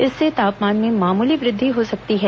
इससे तापमान में मामूली वृद्धि हो सकती है